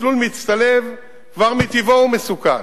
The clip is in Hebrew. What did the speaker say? מסלול מצטלב כבר מטיבו הוא מסוכן.